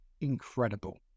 incredible